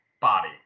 body